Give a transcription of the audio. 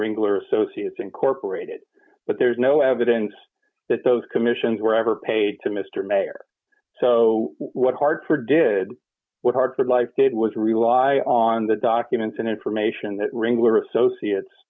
ringler associates incorporated but there's no evidence that those commissions were ever paid to mr mayor so what hartford did what hartford life did was rely on the documents and information that ringler associates